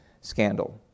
scandal